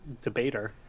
debater